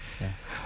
Yes